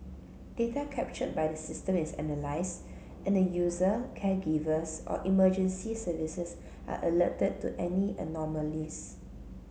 data captured by the system is analyse and the user caregivers or emergency services are alerted to any anomalies